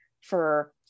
for-